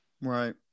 Right